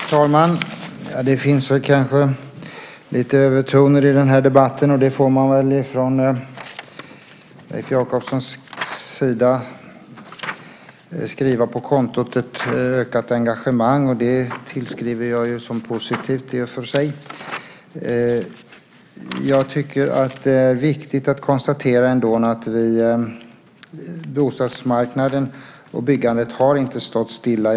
Fru talman! Det finns kanske lite övertoner i den här debatten, och det får man väl från Leif Jakobssons sida skriva på kontot "ett ökat engagemang". Det ser jag som positivt, i och för sig. Jag tycker att det är viktigt att ändå konstatera att bostadsmarknaden och byggandet inte har stått stilla.